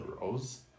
Rose